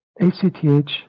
ACTH